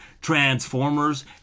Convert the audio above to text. transformers